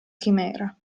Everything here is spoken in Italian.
chimera